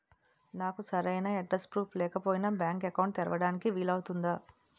నాకు సరైన address proof లేకపోయినా బ్యాంక్ అకౌంట్ తెరవడానికి వీలవుతుందా?